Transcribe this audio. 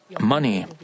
money